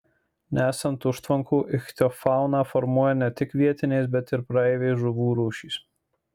nesant užtvankų ichtiofauną formuoja ne tik vietinės bet ir praeivės žuvų rūšys